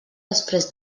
després